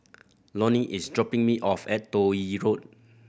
Loni is dropping me off at Toh Yi Road